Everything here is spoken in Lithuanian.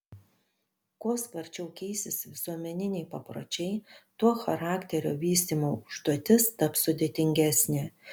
kuo sparčiau keisis visuomeniniai papročiai tuo charakterio vystymo užduotis taps sudėtingesnė